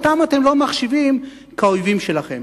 אותם אתם לא מחשיבים כאויבים שלכם.